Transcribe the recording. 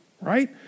Right